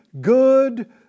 good